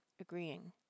agreeing